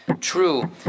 true